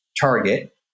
Target